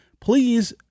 please